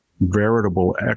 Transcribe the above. veritable